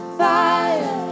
fire